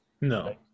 No